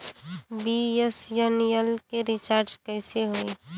BSNL के recharge कैसे होयी?